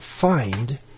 find